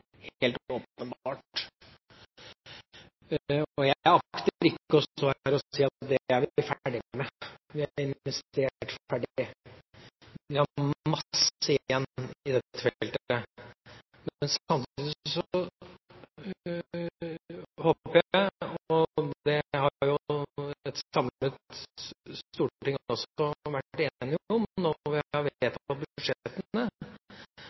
helt åpenbart. Jeg akter ikke å stå her og si at det er vi ferdig med – vi har investert ferdig. Vi har masse igjen på dette feltet. Samtidig håper jeg – og det har jo et samlet storting også vært enige om når vi har